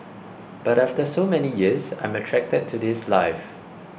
but after so many years I'm attracted to this life